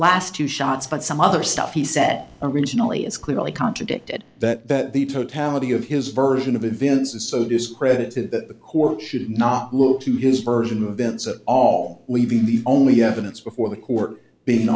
last two shots but some other stuff he said originally is clearly contradicted that the totality of his version of events is so discredited that the court should not look to his version of events at all leaving the only evidence before the court being